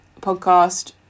podcast